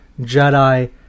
jedi